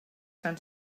sant